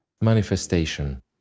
manifestation